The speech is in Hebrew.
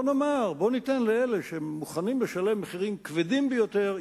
בוא ניתן לאלה שמוכנים לשלם מחירים כבדים ביותר,